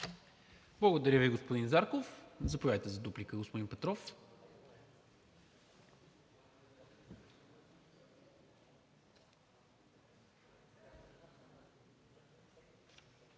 Благодаря Ви, господин Зарков. Заповядайте, за дуплика, господин Петров.